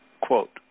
Quote